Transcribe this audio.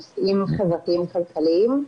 נושאים חברתיים כלכליים,